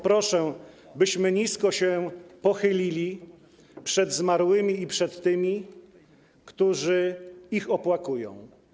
Proszę, byśmy nisko się pochylili przed zmarłymi i przed tymi, którzy ich opłakują.